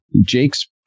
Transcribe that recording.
Jake's